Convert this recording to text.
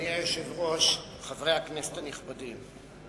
אדוני היושב-ראש, חברי הכנסת הנכבדים,